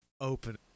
open